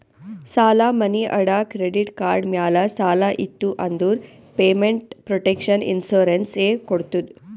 ಸಾಲಾ, ಮನಿ ಅಡಾ, ಕ್ರೆಡಿಟ್ ಕಾರ್ಡ್ ಮ್ಯಾಲ ಸಾಲ ಇತ್ತು ಅಂದುರ್ ಪೇಮೆಂಟ್ ಪ್ರೊಟೆಕ್ಷನ್ ಇನ್ಸೂರೆನ್ಸ್ ಎ ಕೊಡ್ತುದ್